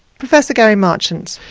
professor gary marchant.